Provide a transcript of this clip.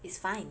it's fine